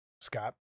scott